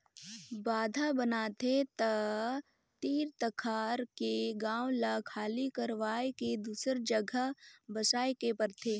बांधा बनाथे त तीर तखार के गांव ल खाली करवाये के दूसर जघा बसाए के परथे